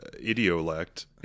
idiolect